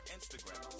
Instagram